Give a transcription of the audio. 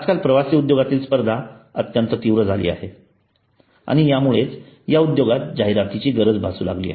आजकाल प्रवासी उद्योगातील स्पर्धा अत्यंत तीव्र झाली आहे आणि त्यामुळेच या उद्योगात जाहिरातीची गरज भासू लागली आहे